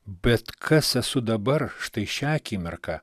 bet kas esu dabar štai šią akimirką